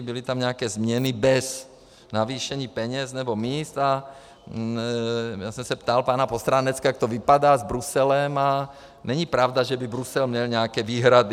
Byly tam nějaké změny bez navýšení peněz nebo míst a já jsem se ptal pana Postráneckého, jak to vypadá s Bruselem, a není pravda, že by Brusel měl nějaké výhrady.